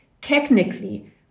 technically